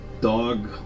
dog